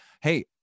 Hey